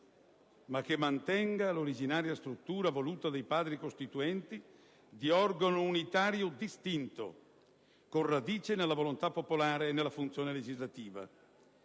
ma che mantenga l'originaria struttura voluta dai Padri costituenti di organo unitario distinto, con radice nella volontà popolare e nella funzione legislativa.